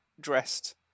dressed